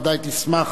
ודאי תשמח